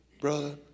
brother